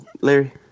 Larry